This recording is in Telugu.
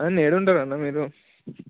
అవును ఏడుంటారన్నా మీరు